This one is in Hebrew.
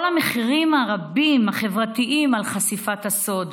כל המחירים הרבים, החברתיים, על חשיפת הסוד,